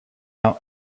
out